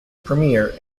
premier